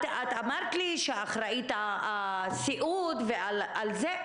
אמרת לי שהאחראית על הסיעוד ועל זה,